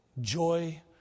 Joy